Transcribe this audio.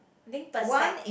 I think perspect~